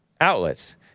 outlets